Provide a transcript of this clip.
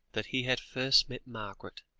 that he had first met margaret.